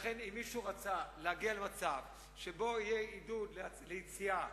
לכן אם מישהו רצה להגיע למצב שיהיה עידוד ליציאה,